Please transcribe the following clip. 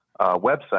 website